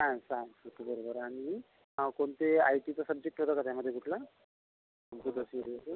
science science अगदी बरोबर आहे आणि कोणते आय टीचा सब्जेक्ट होता का त्यामध्ये कुठला तुमचं